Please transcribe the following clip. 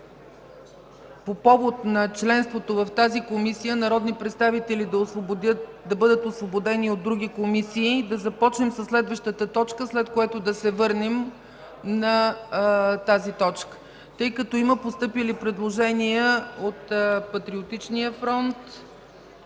по повод членството в тази Комисия народни представители да бъдат освободени от други комисии, да започнем със следващата точка, след което да се върнем на тази точка. Има постъпили предложения от Патриотичния фронт,